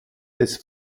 des